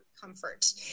comfort